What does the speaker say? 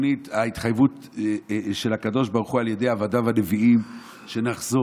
ההתחייבות של הקדוש ברוך היא על ידי עבדיו הנביאים שנחזור,